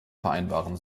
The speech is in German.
vereinbaren